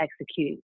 execute